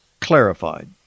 Clarified